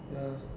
ya